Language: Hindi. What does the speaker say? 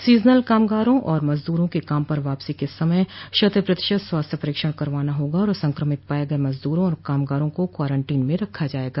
सीजनल कामगारों और मजदूरों के काम पर वापसी के समय शत प्रतिशत स्वास्थ्य परीक्षण करवाना होगा और संक्रमित पाये गये मजदूरों और कामगारों को क्वारंटीन में रखा जायेगा